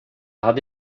hade